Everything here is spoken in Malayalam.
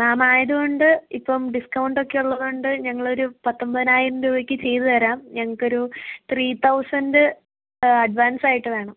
മാമ് ആയത് കൊണ്ട് ഇപ്പം ഡിസ്കൗണ്ടൊക്കെ ഉള്ളത് കൊണ്ട് ഞങ്ങളൊരു പത്തൊൻമ്പതിനായിരം രൂപയ്ക്ക് ചെയ്ത് തരാം ഞങ്ങൾക്കൊരു ത്രീ തൗസൻഡ് അഡ്വാൻസായിട്ട് വേണം